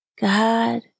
God